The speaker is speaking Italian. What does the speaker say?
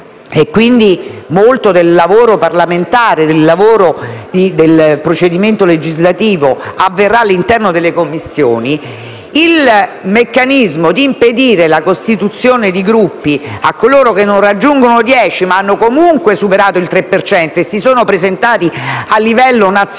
molto del lavoro parlamentare e del procedimento legislativo avverrà all'interno delle Commissioni e il meccanismo di impedire la costituzione di Gruppi a coloro che non raggiungono i dieci membri ma hanno comunque superato la soglia del 3 per cento e si sono presentati a livello nazionale